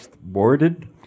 boarded